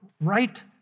right